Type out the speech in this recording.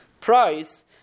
price